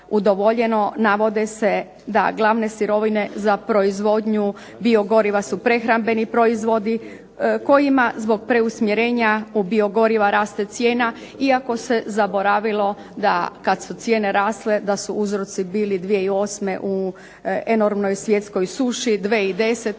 udovoljeno navode se da glavne sirovine za proizvodnju biogoriva su prehrambeni proizvodi kojima zbog preusmjerenja biogoriva raste cijena, iako se zaboravilo da kad su cijene rasle da su uzroci bili 2008. u enormnoj svjetskoj suši, 2010.